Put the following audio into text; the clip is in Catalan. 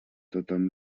tothom